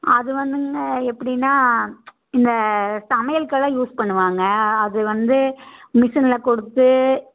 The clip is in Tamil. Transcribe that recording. அது வந்துங்க எப்படின்னா இந்த சமையலுக்கெல்லாம் யூஸ் பண்ணுவாங்க அது வந்து மிசினில் கொடுத்து